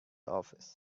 office